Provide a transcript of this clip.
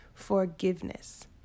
forgiveness